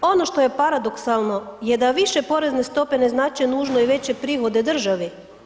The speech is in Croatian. Ono što je paradoksalno je da više porezne stope ne znače nužno i veće prihode državi.